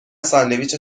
ساندویچ